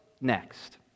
next